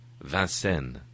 Vincennes